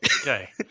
Okay